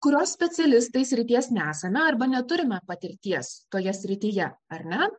kurio specialistai srities nesame arba neturime patirties toje srityje ar ne